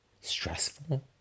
stressful